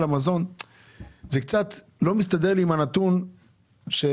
המזון זה קצת לא מסתדר עם הנתון שאמרת,